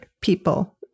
people